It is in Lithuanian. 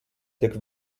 tik